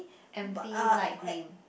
empty light green